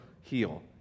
heal